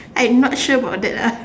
I'm not sure about that lah